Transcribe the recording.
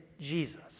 Jesus